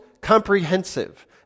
comprehensive